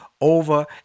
over